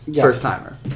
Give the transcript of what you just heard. first-timer